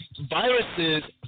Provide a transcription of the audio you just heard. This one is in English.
viruses